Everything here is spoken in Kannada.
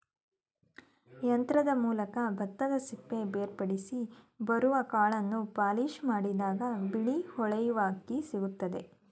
ಯಂತ್ರದ ಮೂಲಕ ಭತ್ತದಸಿಪ್ಪೆ ಬೇರ್ಪಡಿಸಿ ಬರೋಕಾಳನ್ನು ಪಾಲಿಷ್ಮಾಡಿದಾಗ ಬಿಳಿ ಹೊಳೆಯುವ ಅಕ್ಕಿ ಸಿಕ್ತದೆ